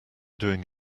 doing